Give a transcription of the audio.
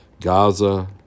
Gaza